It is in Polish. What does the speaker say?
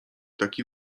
taki